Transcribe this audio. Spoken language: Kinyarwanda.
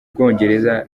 bwongereza